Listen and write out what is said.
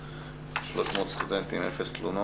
בכניסה של סטודנטיות וסטודנטים חדשים